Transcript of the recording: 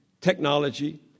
technology